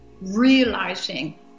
realizing